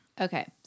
Okay